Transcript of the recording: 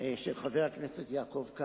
של חבר הכנסת אמסלם.